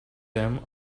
them